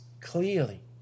clearly